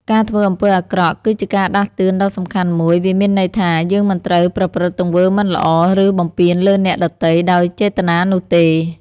ការធ្វើអំពើអាក្រក់ គឺជាការដាស់តឿនដ៏សំខាន់មួយ វាមានន័យថា យើងមិនត្រូវប្រព្រឹត្តទង្វើមិនល្អ ឬបំពានលើអ្នកដទៃដោយចេតនានោះទេ។